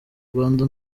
rwanda